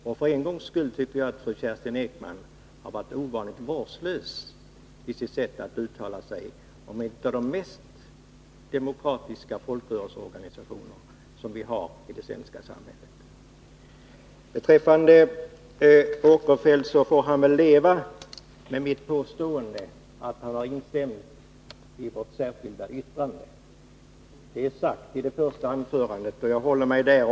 Och för en gångs skull tycker jag att fru Kerstin Ekman har varit ovanligt vårdslös i sitt sätt att uttala sig när det gäller en av de mest demokratiska folkrörelseorganisationer som vi har i det svenska samhället. Beträffande Sven Eric Åkerfeldt, så får han väl leva med mitt påstående att han har instämt i vårt särskilda yttrande. Det är sagt i Sven Eric Åkerfeldts första anförande, och jag håller mig till det.